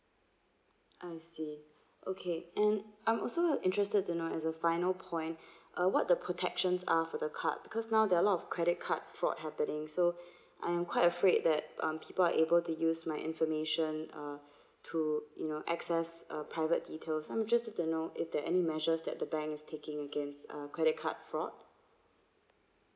I see okay and I'm also interested to know as a final point uh what the protections are for the card because now there are lot of credit card fraud happening so I'm quite afraid that um people are able to use my information uh to you know access uh private details so I'm just interested to know if there any measures that the bank is taking against uh credit card fraud